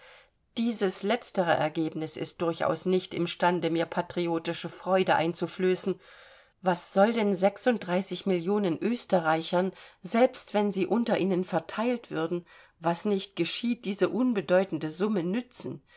dieses letztere ergebnis ist durchaus nicht im stande mir patriotische freude einzuflößen was soll den sechsunddreißig millionen österreichern selbst wenn sie unter ihnen verteilt würde was nicht geschieht diese unbedeutende summe nützen